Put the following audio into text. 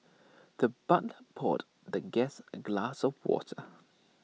the butler poured the guest A glass of water